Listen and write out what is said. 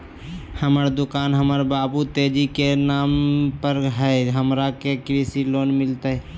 हमर दुकान हमर बाबु तेजी के नाम पर हई, हमरा के कृषि लोन मिलतई?